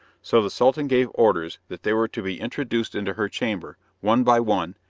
so the sultan gave orders that they were to be introduced into her chamber, one by one,